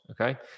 okay